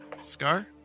Scar